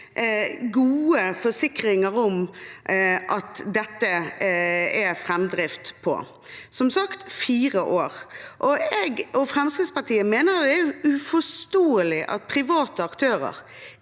gode forsikringer om at det er framdrift på dette – og som sagt: fire år. Jeg og Fremskrittspartiet mener det er uforståelig at private aktører